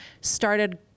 started